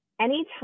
anytime